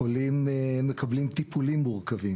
החולים מקבלים טיפולים מורכבים,